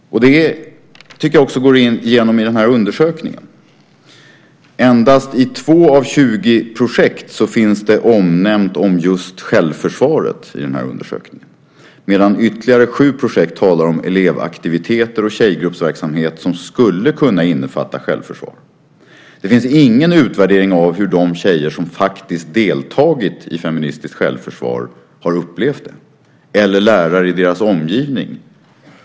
Det går igenom i undersökningen. I endast två av 20 projekt finns just självförsvar omnämnt i undersökningen. I ytterligare sju projekt talas om elevaktiviteter och tjejgruppsverksamhet som skulle kunna innefatta självförsvar. Det finns ingen utvärdering av hur de tjejer som faktiskt deltagit i feministiskt självförsvar har upplevt det eller lärare i deras omgivning.